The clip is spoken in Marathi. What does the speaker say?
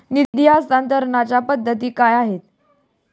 निधी हस्तांतरणाच्या पद्धती काय आहेत?